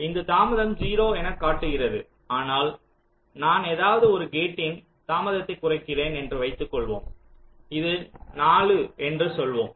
இங்கு தாமதம் 0 எனக் காட்டுகிறது ஆனால் நான் எதாவது ஒரு கேட்டின் தாமதத்தை குறைக்கிறேன் என்று வைத்துக் கொள்வோம் இது 4 என்று சொல்வோம்